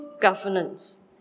governance